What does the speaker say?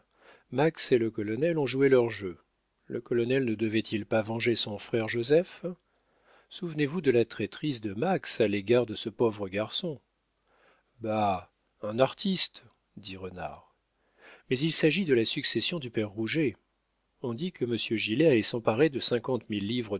max et le colonel ont joué leur jeu le colonel ne devait-il pas venger son frère joseph souvenez-vous de la traîtrise de max à l'égard de ce pauvre garçon bah un artiste dit renard mais il s'agit de la succession du père rouget on dit que monsieur gilet allait s'emparer de cinquante mille livres